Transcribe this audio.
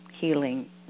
healing